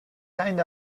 kind